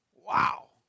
Wow